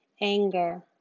Anger